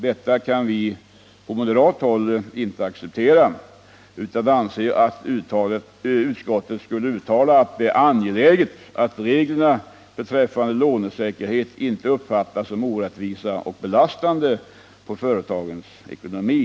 Detta kan vi från moderata samlingspartiet inte acceptera utan anser att utskottet skall uttala att det ”är angeläget att reglerna beträffande säkerhet för lån inte uppfattas som orättvisa och belastande på företagens ekonomi.